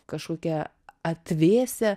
kažkokią atvėsę